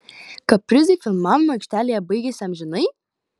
kaprizai filmavimo aikštelėje baigėsi amžinai